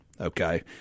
okay